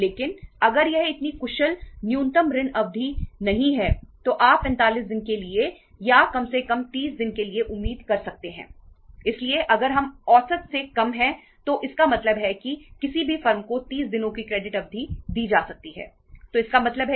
प्रत्येक कंसाइनमेंट स्रोत है